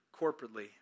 corporately